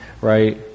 right